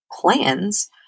plans